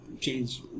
change